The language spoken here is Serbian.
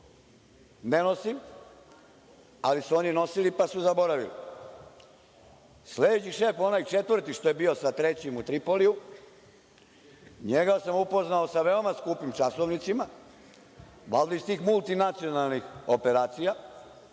ne nosim ali su oni nosili, pa su zaboravili. Sledeći šef, onaj četvrti što je bio sa trećim u Tripoliju, njega sam upoznao sa veoma skupim časovnicima, valjda iz tih multinacionalnih operacija,